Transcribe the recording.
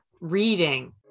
reading